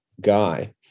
guy